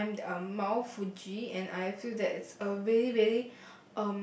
climbed um Mount-Fuji and I feel that it's a really really